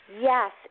yes